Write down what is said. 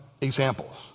examples